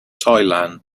thailand